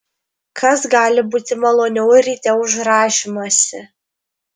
kas gali būti maloniau ryte už rąžymąsi